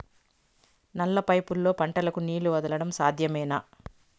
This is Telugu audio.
నల్ల పైపుల్లో పంటలకు నీళ్లు వదలడం సాధ్యమేనా?